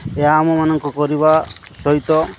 ଏହା ଆମମାନଙ୍କ କରିବା ସହିତ